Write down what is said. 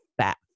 fat